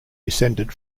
descended